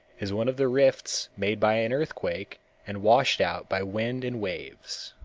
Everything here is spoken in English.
is one of the rifts made by an earthquake and washed out by wind and waves.